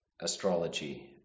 astrology